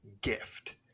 gift